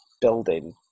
building